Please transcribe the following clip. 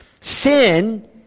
Sin